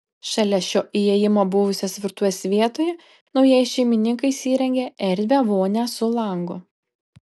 šalia šio įėjimo buvusios virtuvės vietoje naujieji šeimininkai įsirengė erdvią vonią su langu